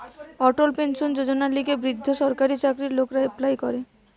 অটল pension যোজনার লিগে বৃদ্ধ সরকারি চাকরির লোকরা এপ্লাই করে